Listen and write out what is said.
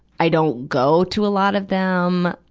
i don't go to a lot of them.